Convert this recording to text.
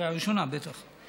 קריאה ראשונה, בטח.